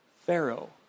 Pharaoh